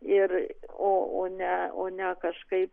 ir o o ne o ne kažkaip